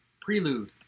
prelude